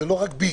זה לא רק ביג.